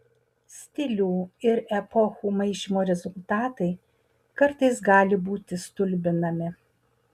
stilių ir epochų maišymo rezultatai kartais gali būti stulbinami